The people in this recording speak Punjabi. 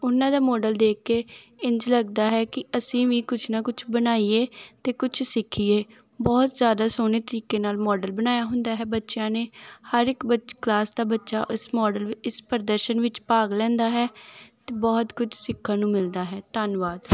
ਉਹਨਾਂ ਦਾ ਮੋਡਲ ਦੇਖ ਕੇ ਇੰਝ ਲੱਗਦਾ ਹੈ ਕਿ ਅਸੀਂ ਵੀ ਕੁਛ ਨਾ ਕੁਛ ਬਣਾਈਏ ਅਤੇ ਕੁਛ ਸਿੱਖੀਏ ਬਹੁਤ ਜ਼ਿਆਦਾ ਸੋਹਣੇ ਤਰੀਕੇ ਨਾਲ ਮੋਡਲ ਬਣਾਇਆ ਹੁੰਦਾ ਹੈ ਬੱਚਿਆਂ ਨੇ ਹਰ ਇੱਕ ਬੱਚ ਕਲਾਸ ਦਾ ਬੱਚਾ ਇਸ ਮੋਡਲ ਵਿ ਇਸ ਪ੍ਰਦਰਸ਼ਨ ਵਿੱਚ ਭਾਗ ਲੈਂਦਾ ਹੈ ਅਤੇ ਬਹੁਤ ਕੁਛ ਸਿੱਖਣ ਨੂੰ ਮਿਲਦਾ ਹੈ ਧੰਨਵਾਦ